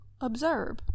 observe